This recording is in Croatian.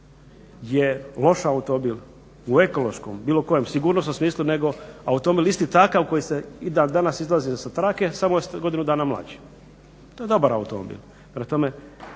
je loš automobil u ekološkom bilo kojem sigurnosnom smislu nego automobil isti takav koji se i dan danas izlazi sa trake samo je godinu dana mlađi, to je dobar automobil